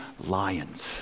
lions